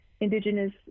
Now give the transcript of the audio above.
indigenous